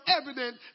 evident